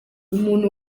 umuntu